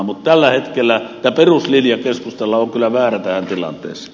mutta tällä hetkellä tämä peruslinja keskustalla on kyllä väärä tähän tilanteeseen